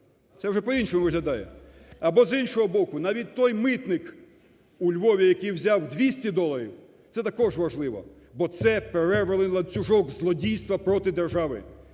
це вже по-іншому виглядає. Або, з іншого боку, навіть той митник у Львові, який взяв 200 доларів, це також важливо, бо це перервали ланцюжок злодійства проти держави.